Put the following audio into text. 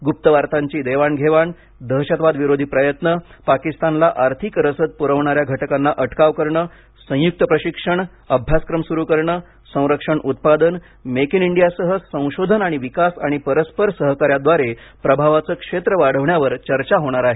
गुप्तवार्ताची देवाण घेवाण दहशतवादविरोधी प्रयत्न पाकिस्तानला आर्थिक रसद पुरवणाऱ्या घटकांना अटकाव करणे संयुक्त प्रशिक्षण अभ्यासक्रम सुरू करणे संरक्षण उत्पादन मेक इन इंडियासह संशोधन आणि विकास आणि परस्पर सहकार्याद्वारे प्रभावाचे क्षेत्र वाढविण्यावर चर्चा होणार आहे